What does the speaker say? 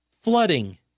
flooding